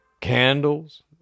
candles